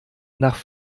nach